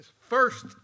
first